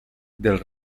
del